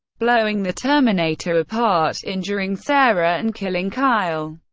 blowing the terminator apart, injuring sarah, and killing kyle.